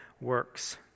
works